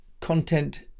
content